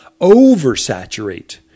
oversaturate